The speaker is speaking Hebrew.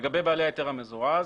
לגבי בעלי ההיתר המזורז